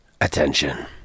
attention